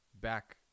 back